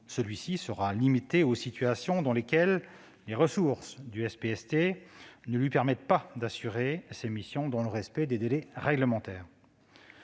Celui-ci sera limité aux situations dans lesquelles les ressources du SPST ne lui permettent pas d'assurer ses missions dans le respect des délais réglementaires.